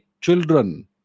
children